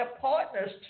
partners